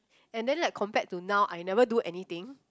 and then like compared to now I never do anything